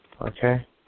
okay